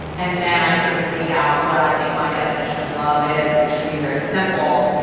and then i sort of laid out what i think my definition of love is, and it should be very simple.